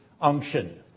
unction